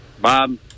Bob